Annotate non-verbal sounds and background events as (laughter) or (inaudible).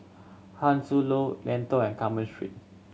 How Sun (unintelligible) Lentor and Carmen Street